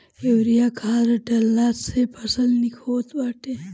urea खाद डालला से फसल निक होत बाटे